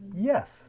Yes